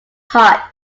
heart